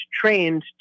trained